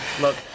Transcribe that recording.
Look